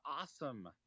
awesome